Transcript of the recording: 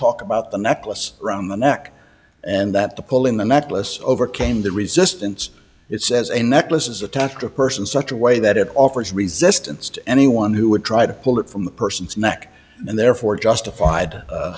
talk about the necklace around the neck and that the pole in the metal us overcame the resistance it says a necklace is attached to a person such a way that it offers resistance to anyone who would try to pull it from the person's neck and therefore justified